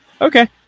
Okay